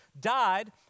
died